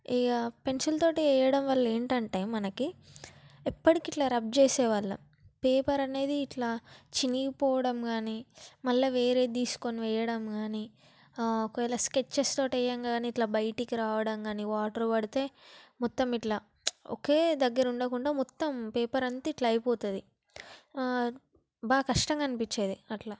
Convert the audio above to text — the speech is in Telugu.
ఇగ పెన్సిల్ తోటి వేయడం వల్ల ఏంటంటే మనకి ఎప్పటికి ఇట్లా రబ్ చేసేవాళ్ళం పేపర్ అనేది ఇట్లా చినిగిపోవడం కానీ మళ్ళా వేరే తీసుకొని వేయడం కానీ ఒకవేళ స్కెచెస్ తోటి వేయంగానే ఇట్ల బయటికి రావడం కానీ వాటర్ పడితే మొత్తం ఇట్లా ఒకే దగ్గర ఉండకుండా మొత్తం పేపర్ అంతా ఇట్లా అయిపోతుంది బాగా కష్టంగా అనిపించేది అట్లా